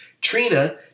Trina